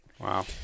Wow